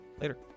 Later